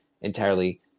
entirely